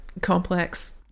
complex